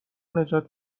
نجات